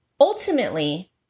Ultimately